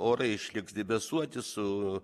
orai išliks debesuoti su